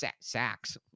sacks